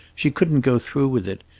she couldn't go through with it.